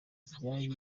vyari